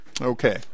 okay